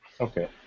Okay